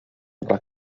dla